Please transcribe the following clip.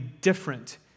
different